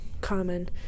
common